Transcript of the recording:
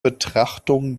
betrachtung